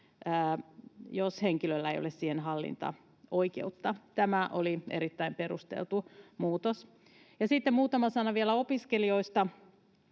jos henkilöllä ei ole siihen hallintaoikeutta. Tämä oli erittäin perusteltu muutos. Ja sitten muutama sana vielä opiskelijoista.